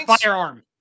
firearm